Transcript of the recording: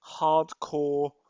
hardcore